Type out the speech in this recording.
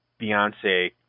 Beyonce